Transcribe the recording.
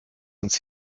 uns